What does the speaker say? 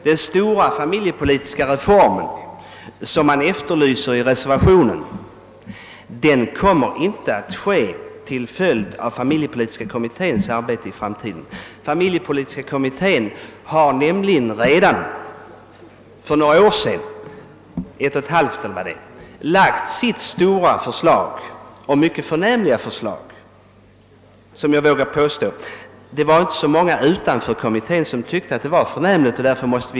Den stora familjepolitiska reform som man efterlyser i reservationen kommer inte att genomföras till följd av familjepolitiska kommitténs arbete i framtiden. Kommittén har nämligen redan för ungefär ett och ett halvt år sedan framlagt sitt stora och — som jag vågar påstå — mycket förnämliga förslag, även om det inte var så många utanför kommittén som tyckte att det var förnämligt.